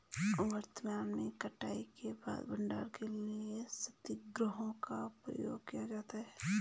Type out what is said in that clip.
वर्तमान में कटाई के बाद भंडारण के लिए शीतगृहों का प्रयोग किया जाता है